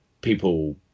people